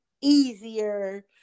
easier